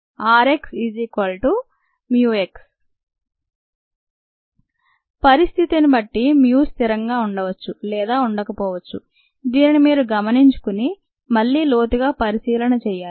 rxμx పరిస్థితిని బట్టి MU స్థిరంగా ఉండవచ్చు లేదా ఉండకపోవచ్చుదీనిని మీరు గమనించుకుని మళ్లీ లోతుగా పరిశీలన చేయాలి